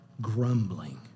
grumbling